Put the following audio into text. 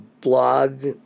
blog